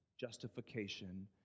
justification